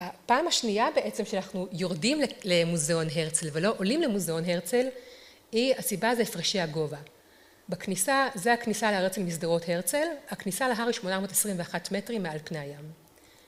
הפעם השנייה בעצם שאנחנו יורדים למוזיאון הרצל ולא עולים למוזיאון הרצל, היא זה הסיבה זה פרשי הגובה. זה הכניסה לארץ למסדרות הרצל, הכניסה להר היא 821 מטרים מעל פני הים.